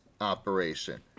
operation